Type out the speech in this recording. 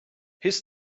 his